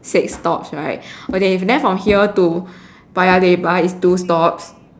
six stops right okay and then from here to Paya-Lebar is two stops